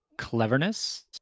cleverness